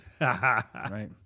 Right